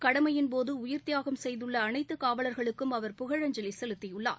கடமையின்போது உயிர்த்தியாகம் செய்துள்ள அனைதது காவல்களுக்கும் அவர் புகழஞ்சலி செலுத்தியுள்ளார்